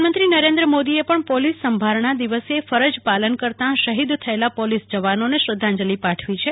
પ્રધાનમંત્રી નરેન્દ્ર મોદીએ પણ પોલીસ સંભારણા દિવસે ફરજપાલન કરતાં શહિદ થયેલા પોલીસ જવાનોને શ્રધ્ધાંજલી પાઠવી છે